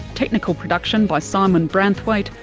technical production by simon branthwaite,